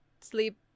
sleep